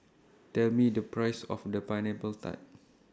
Tell Me The Price of The Pineapple Tart